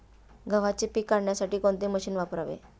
गव्हाचे पीक काढण्यासाठी कोणते मशीन वापरावे?